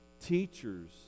teachers